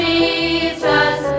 Jesus